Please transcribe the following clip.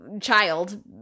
child